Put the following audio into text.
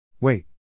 Wait